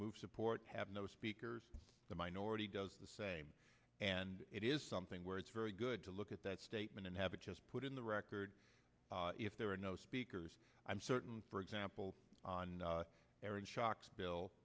move support have no speakers the minority does the same and it is something where it's very good to look at that statement and have it just put in the record if there are no speakers i'm certain for example erin shock's bill